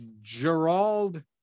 Gerald